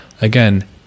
again